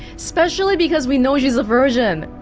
especially because we know she's a virgin.